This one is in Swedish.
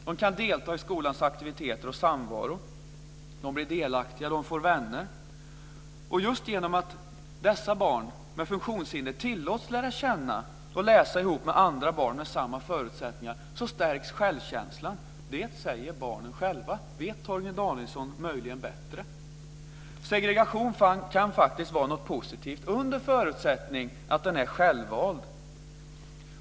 De kan delta i skolans aktiviteter och samvaro. De blir delaktiga, de får vänner. Just genom att dessa barn med funktionshinder tillåts lära känna och läsa ihop med andra barn med samma förutsättningar stärks självkänslan. Det säger barnen själva. Vet Torgny Danielsson möjligen bättre? Segregation kan faktiskt vara något positivt under förutsättning att den är självvald.